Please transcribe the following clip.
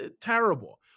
terrible